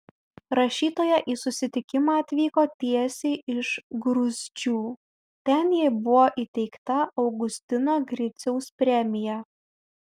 rašytoja į susitikimą atvyko tiesiai iš gruzdžių ten jai buvo įteikta augustino griciaus premija